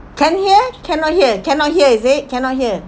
can hear cannot hear cannot hear is it cannot hear